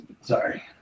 Sorry